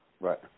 right